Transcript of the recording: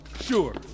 Sure